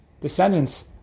descendants